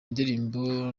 ndirimbo